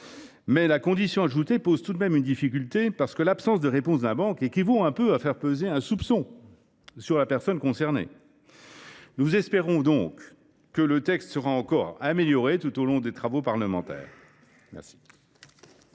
la condition ajoutée pose tout de même une difficulté, car l’absence de réponse de la banque équivaut à faire peser un soupçon sur la personne concernée. Nous espérons donc que ce texte sera encore amélioré tout au long de son examen parlementaire.